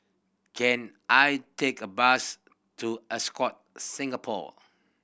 can I take a bus to Ascott Singapore